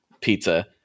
pizza